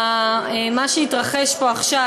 מה שהתרחש פה עכשיו.